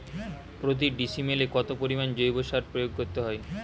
প্রতি ডিসিমেলে কত পরিমাণ জৈব সার প্রয়োগ করতে হয়?